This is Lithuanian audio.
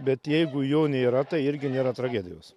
bet jeigu jo nėra tai irgi nėra tragedijos